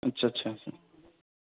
اچھا اچھا سر